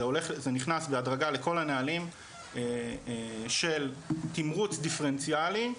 זה נכנס בהדרגה לכל הנהלים של תמריץ דיפרנציאלי,